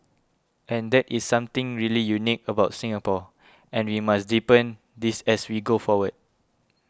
and that is something really unique about Singapore and we must deepen this as we go forward